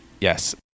yes